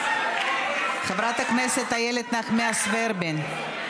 חברת הכנסת איילת נחמיאס ורבין.